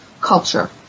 culture